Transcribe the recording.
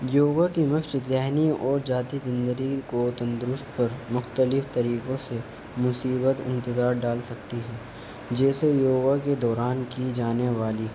یوگا کی مشق زہنی اور ذاتی زنددگی کو تندرست اور مختلف طریقوں سے مصیبت انتظار ڈال سکتی ہے جیسے یوگا کے دوران کی جانے والی